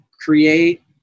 create